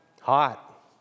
Hot